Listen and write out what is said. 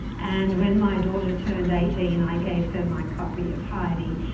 and when my daughter turned eighteen i gave her my copy of heidi.